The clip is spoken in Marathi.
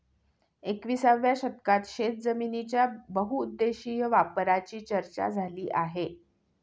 एकविसाव्या शतकात शेतजमिनीच्या बहुउद्देशीय वापराची चर्चा झाली आहे